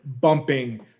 bumping